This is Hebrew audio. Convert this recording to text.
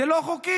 זה לא חוקי.